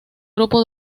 grupo